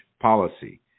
policy